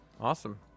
Awesome